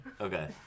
Okay